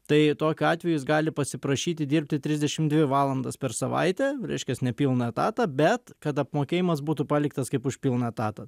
tai tokiu atveju jis gali pasiprašyti dirbti trisdešim dvi valandas per savaitę reiškias ne pilną etatą bet kad apmokėjimas būtų paliktas kaip už pilną etatą